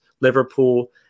Liverpool